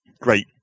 great